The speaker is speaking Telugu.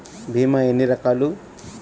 భీమ ఎన్ని రకాలు?